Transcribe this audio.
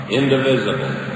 indivisible